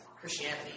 Christianity